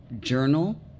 journal